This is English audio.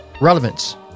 relevance